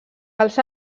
els